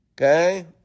okay